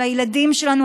על הילדים שלנו,